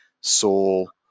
soul